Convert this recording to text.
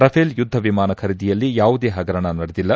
Rafale ಯುದ್ದ ವಿಮಾನ ಖರೀದಿಯಲ್ಲಿ ಯಾವುದೇ ಹಗರಣ ನಡೆದಿಲ್ಲ